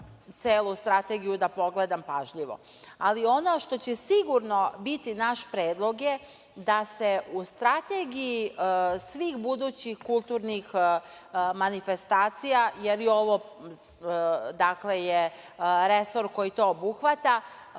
celu strategiju da pogledam pažljivo. Ali, ono što će sigurno biti naš predlog je da se u strategiji svih budućih kulturnih manifestacija, jer je ovo resor koji to obuhvata,